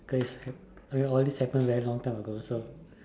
cause I mean all these happen a very long time ago so